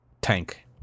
tank